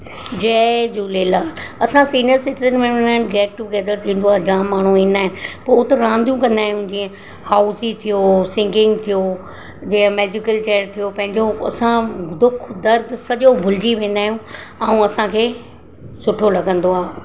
जय झूलेलाल असां senior citizen में हूंदा आहिनि गेट टुगेदर थींदो आहे जामु माण्हू ईंदा आहिनि पोइ हुते रांधियूं कंदा आहिनि जीअं हाउसी थियो सिंगिंग थियो जे मेजिकल चेयर थियो पंहिंजो असां दुख दर्द सॼो भुलिजी वेंदा आहियूं ऐं असांखे सुठो लॻंदो आहे